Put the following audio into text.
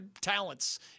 talents